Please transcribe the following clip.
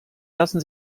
lassen